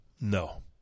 No